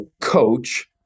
coach